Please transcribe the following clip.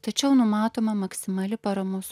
tačiau numatoma maksimali paramos